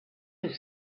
have